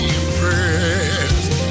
impressed